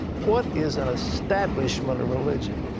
what is an establishment of religion?